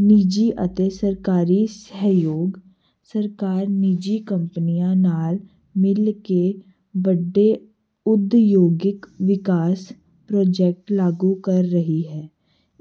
ਨਿੱਜੀ ਅਤੇ ਸਰਕਾਰੀ ਸਹਿਯੋਗ ਸਰਕਾਰ ਨਿੱਜੀ ਕੰਪਨੀਆਂ ਨਾਲ ਮਿਲ ਕੇ ਵੱਡੇ ਉਦਯੋਗਿਕ ਵਿਕਾਸ ਪ੍ਰੋਜੈਕਟ ਲਾਗੂ ਕਰ ਰਹੀ ਹੈ